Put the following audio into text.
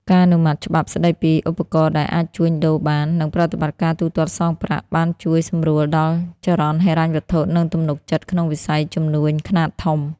ការអនុម័តច្បាប់ស្ដីពីឧបករណ៍ដែលអាចជួញដូរបាន និងប្រតិបត្តិការទូទាត់សងប្រាក់ បានជួយសម្រួលដល់ចរន្តហិរញ្ញវត្ថុ និងទំនុកចិត្តក្នុងវិស័យជំនួញខ្នាតធំ។